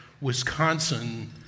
Wisconsin